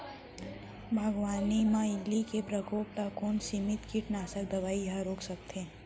बागवानी म इल्ली के प्रकोप ल कोन सीमित कीटनाशक दवई ह रोक सकथे?